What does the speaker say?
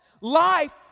Life